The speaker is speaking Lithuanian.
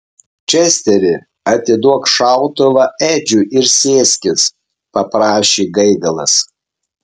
česteri atiduok šautuvą edžiui ir sėskis paprašė gaigalas